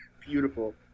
Beautiful